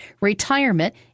retirement